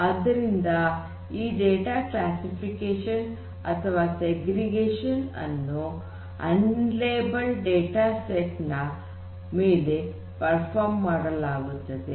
ಆದ್ದರಿಂದ ಈ data classification ಅಥವಾ ಸೆಗ್ರಿಗೇಷನ್ ಅನ್ನು ಅನ್ಲೇಬಲ್ಲ್ಡ್ ಡೇಟಾ ಸೆಟ್ ನ ಮೇಲೆ ನಿರ್ವಹಿಸಲಾಗುತ್ತದೆ